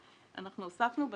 אנחנו הוספנו בתקנות